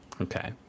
okay